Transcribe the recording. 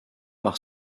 par